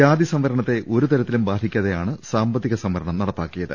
ജാതി സംവരണത്തെ ഒരു തരത്തിലും ബാധി ക്കാതെയാണ് സാമ്പത്തിക സംവരണം നടപ്പാക്കിയത്